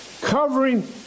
covering